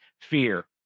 Fear